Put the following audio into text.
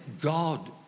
God